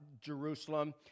Jerusalem